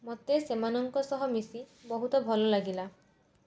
ମୋତେ ସେମାନଙ୍କ ସହ ମିଶି ବହୁତ ଭଲ ଲାଗିଲା